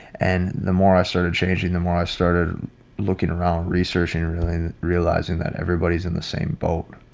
and the more i started changing, the more i started looking around researching, really realizing that everybody's in the same boat.